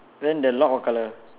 then the lock what color